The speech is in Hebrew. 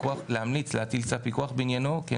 להמליץ להטיל צו פיקוח בעניינו או לא.